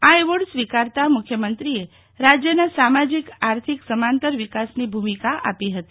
આ એવોર્ડ સ્વીકારતા મુખ્યમંત્રીએ રાજ્યના સામાજીક આર્થિક સમાંતર વિકાસની ભૂમિકા આપી હતી